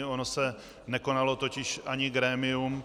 Ono se nekonalo totiž ani grémium.